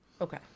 Okay